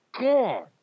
god